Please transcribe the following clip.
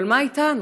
אבל מה איתנו?